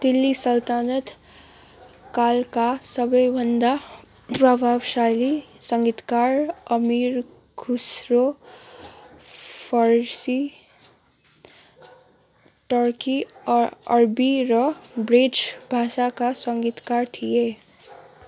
दिल्ली सल्तनत कालका सबैभन्दा प्रभावशाली सङ्गीतकार अमीर खुसरो फारसी टर्की अर अरबी र ब्रिज भाषाका सङ्गीतकार थिए